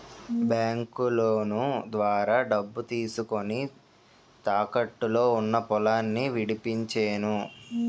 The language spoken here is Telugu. బాంకులోను ద్వారా డబ్బు తీసుకొని, తాకట్టులో ఉన్న పొలాన్ని విడిపించేను